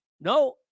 No